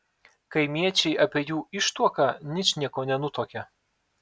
kaimiečiai apie jų ištuoką ničnieko nenutuokė